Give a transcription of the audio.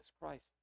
Christ